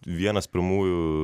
vienas pirmųjų